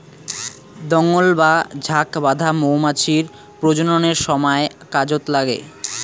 দঙ্গল বা ঝাঁক বাঁধা মৌমাছির প্রজননের সমায় কাজত নাগে